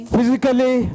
Physically